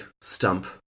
stump